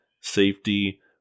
safety